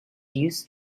used